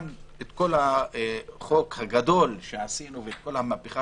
את כל החוק הגדול שעשינו וכל המהפכה